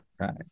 Right